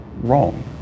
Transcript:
wrong